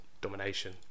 Domination